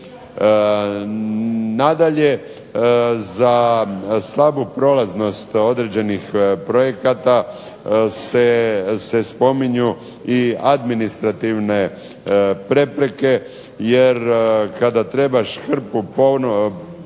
Nadalje, za slabu prolaznost određenih projekata se spominju i administrativne prepreke jer kada trebaš hrpu potvrda